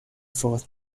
forth